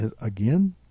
again